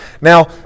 Now